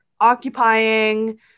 occupying